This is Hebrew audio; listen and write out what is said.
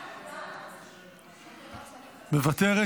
מוותרת.